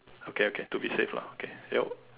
okay okay to be safe lah okay your